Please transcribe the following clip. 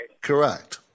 Correct